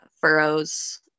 furrows